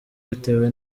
bitewe